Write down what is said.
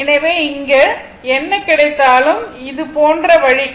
எனவே இங்கே என்ன கிடைத்தாலும் இதே போன்ற வழிக்கு 13